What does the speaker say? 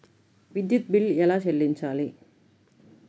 విద్యుత్ బిల్ ఎలా చెల్లించాలి?